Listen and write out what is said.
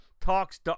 Talks